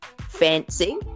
fancy